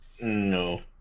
No